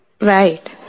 Right